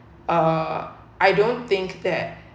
uh I don't think that